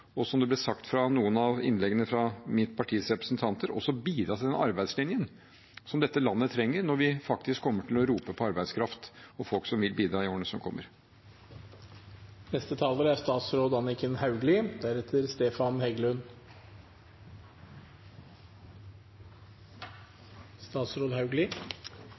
og, som det ble sagt i noen av innleggene fra mitt partis representanter, også bidra til den arbeidslinjen som dette landet trenger, når vi faktisk kommer til å rope på arbeidskraft og på folk som vil bidra, i årene som kommer.